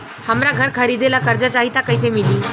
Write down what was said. हमरा घर खरीदे ला कर्जा चाही त कैसे मिली?